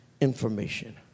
information